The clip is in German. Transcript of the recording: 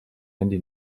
handy